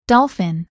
Dolphin